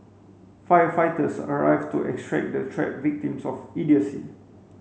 firefighters arrived to extract the trapped victims of idiocy